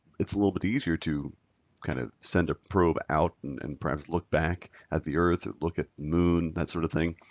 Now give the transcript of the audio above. it's a little bit easier to kind of send a probe out and and perhaps look back at the earth, look at the moon, that sort of thing.